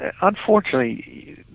unfortunately